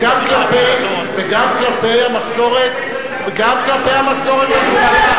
וגם כלפי המסורת הנהוגה.